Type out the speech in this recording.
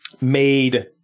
made